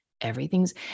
everything's